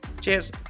Cheers